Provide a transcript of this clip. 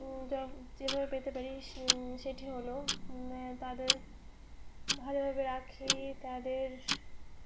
যব যেভাবে পেতে পারি সেটি হলো তাদের ভালোভাবে রাখি তাদের